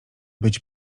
być